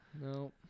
no